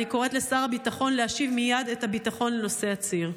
אני קוראת לשר הביטחון להשיב מייד את הביטחון לנוסעי הציר.